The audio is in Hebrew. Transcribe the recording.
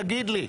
תגיד לי?